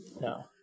no